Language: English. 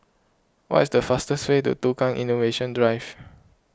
what is the fastest way to Tukang Innovation Drive